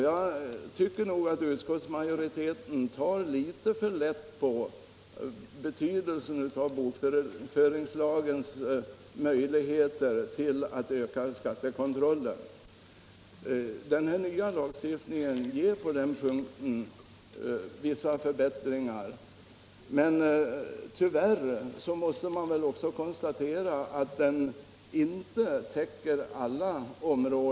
Jag tycker att utskottsmajoriteten nog tar litet för lätt på betydelsen av bokföringslagens möjligheter att öka skattekontrollen. Den nya lagstiftningen innebär på den punkten vissa förbättringar, men tyvärr måste man också konstatera att den inte täcker allt.